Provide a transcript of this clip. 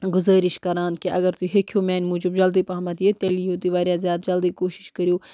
گُزٲرِش کران کہِ اگر تُہۍ ہیٚکہِو میٛانہِ موٗجوٗب جلدی پہمتھ یِتھ تیٚلہِ یِیِو تُہۍ واریاہ زیادٕ جلدی کوٗشِش کٔرِو